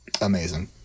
Amazing